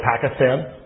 Pakistan